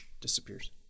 disappears